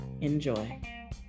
Enjoy